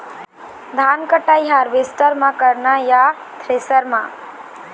धान कटाई हारवेस्टर म करना ये या थ्रेसर म?